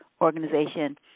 organization